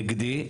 נגדי.